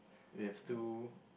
with two